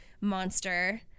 monster